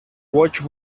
watch